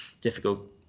difficult